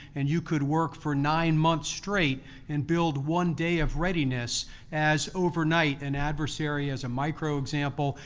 and you could work for nine months straight and build one day of readiness as overnight, an adversary as a micro example,